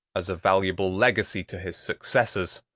as a valuable legacy to his successors,